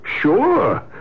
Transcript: Sure